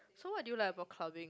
so what do you like about clubbing